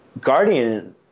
Guardian